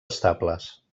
estables